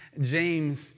James